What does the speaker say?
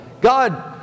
God